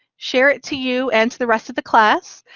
share it to you and to the rest of the class,